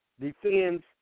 defends